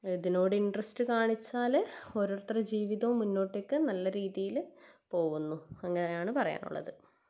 ഇതിനോട് ഇൻ്ററെസ്റ്റ് കാണിച്ചാൽ ഓരോരുത്തരുടെയും ജീവിതവും മുന്നോട്ടേക്ക് നല്ല രീതിയിൽ പോകുന്നു അങ്ങനെയാണ് പറയാനുള്ളത്